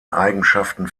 eigenschaften